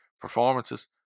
performances